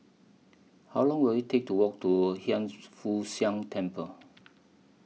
How Long Will IT Take to Walk to Hiang Foo Siang Temple